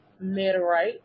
meteorite